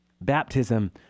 Baptism